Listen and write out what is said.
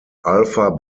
alpha